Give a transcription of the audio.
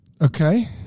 Okay